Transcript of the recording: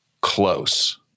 close